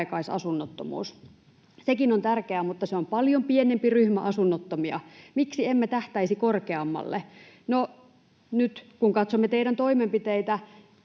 pitkäaikaisasunnottomuus. Sekin on tärkeää, mutta se on paljon pienempi ryhmä asunnottomia. Miksi emme tähtäisi korkeammalle? No, nyt kun katsomme teidän toimenpiteitänne